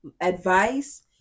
Advice